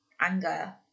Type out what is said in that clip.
anger